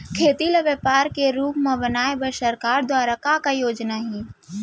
खेती ल व्यापार के रूप बनाये बर सरकार दुवारा का का योजना हे?